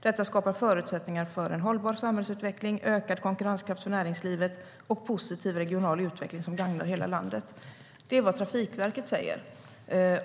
Detta skapar förutsättningar för en hållbar samhällsutveckling, ökad konkurrenskraft för näringslivet och positiv regional utveckling som gagnar hela landet. Det är vad Trafikverket säger.